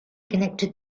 connected